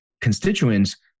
constituents